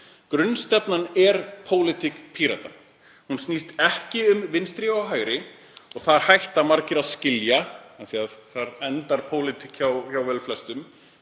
Grunnstefnan er pólitík Pírata. Hún snýst ekki um vinstri eða hægri og þar hætta margir að skilja af því að þar endar pólitík hjá velflestum.